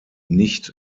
nicht